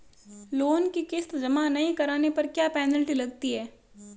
Loan की किश्त जमा नहीं कराने पर क्या पेनल्टी लगती है?